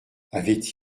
avait